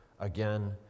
again